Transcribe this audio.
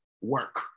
work